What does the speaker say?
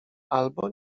albo